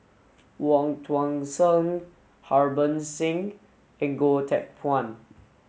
Wong Tuang Seng Harbans Singh and Goh Teck Phuan